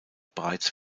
bereits